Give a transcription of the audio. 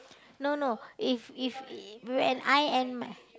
no no if if if when I am my